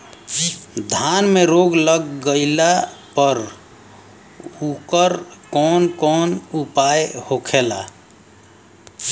धान में रोग लग गईला पर उकर कवन कवन उपाय होखेला?